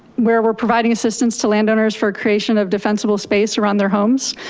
where we're providing assistance to landowners for creation of defensible space around their homes.